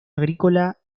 agrícola